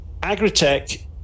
Agritech